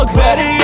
ready